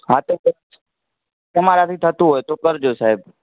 હા તો પણ તમારાથી થતું હોય તો કરજો સાહેબ